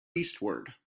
eastward